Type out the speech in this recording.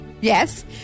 Yes